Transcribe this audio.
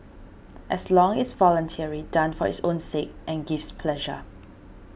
as long it's voluntary done for its own sake and gives pleasure